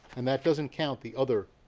and that doesn't count the other